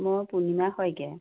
মই পূৰ্ণিমা শইকীয়া